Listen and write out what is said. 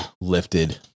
lifted